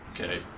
okay